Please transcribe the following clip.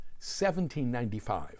1795